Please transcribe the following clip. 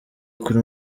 kuri